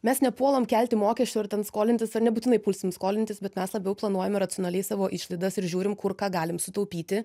mes nepuolam kelti mokesčių ar ten skolintis ar nebūtinai pulsim skolintis bet mes labiau planuojam racionaliai savo išlaidas ir žiūrim kur ką galim sutaupyti